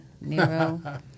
Nero